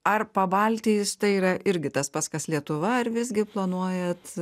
ar pabaltijis tai yra irgi tas pats kas lietuva ar visgi planuojat